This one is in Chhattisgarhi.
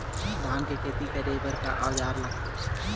धान के खेती करे बर का औजार लगथे?